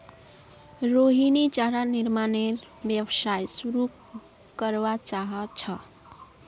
रोहिणी चारा निर्मानेर व्यवसाय शुरू करवा चाह छ